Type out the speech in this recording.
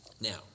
now